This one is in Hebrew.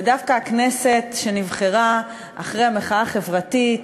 ודווקא הכנסת שנבחרה אחרי המחאה החברתית,